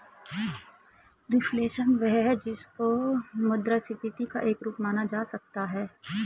reflation वह है जिसको मुद्रास्फीति का एक रूप माना जा सकता है